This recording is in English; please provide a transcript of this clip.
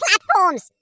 platforms